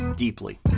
Deeply